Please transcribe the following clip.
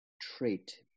trait